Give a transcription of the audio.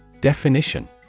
Definition